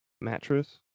mattress